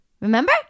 Remember